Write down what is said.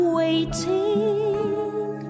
waiting